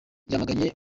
yamaganye